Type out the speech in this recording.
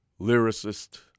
lyricist